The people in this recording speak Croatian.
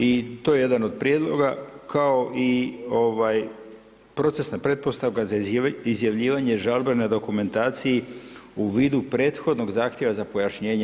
I to je jedan od prijedloga kao i procesna pretpostavka za izjavljivanje žalbene dokumentacije u vidu prethodnog zahtjeva za pojašnjenje.